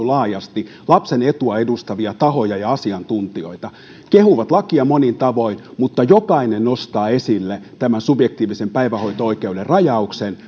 laajasti lapsen etua edustavia tahoja ja asiantuntijoita jotka kehuvat lakia monin tavoin mutta jokainen nostaa esille tämän subjektiivisen päivähoito oikeuden rajauksen